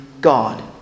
God